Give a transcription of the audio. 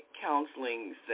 counseling